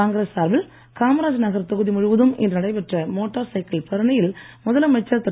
காங்கிரஸ் சார்பில் காமராஜ் நகர் தொகுதி முழுவதும் இன்று நடைபெற்ற மோட்டார் சைக்கிள் பேரணியில் முதலமைச்சர் திரு